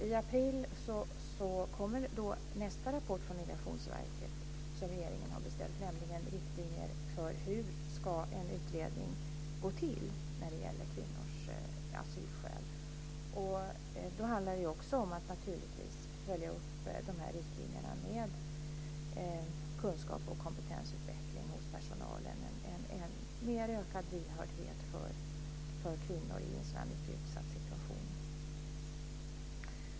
I april kommer nästa rapport från Migrationsverket som regeringen har beställt, nämligen riktlinjer för hur en utredning ska gå till när det gäller kvinnors asylskäl. Naturligtvis handlar det då också om att följa upp dessa riktlinjer med kunskaps och kompetensutveckling hos personalen och en ökad lyhördhet för kvinnor i en så här utsatt situation.